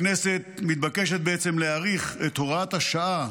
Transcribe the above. הכנסת מתבקשת להאריך את הוראת השעה